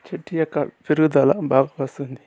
చెట్టు యొక్క పెరుగుదల బాగా వస్తుంది